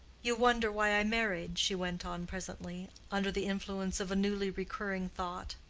you wonder why i married, she went on presently, under the influence of a newly-recurring thought.